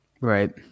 right